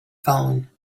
phone